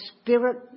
Spirit